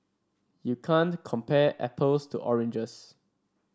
you can't compare apples to oranges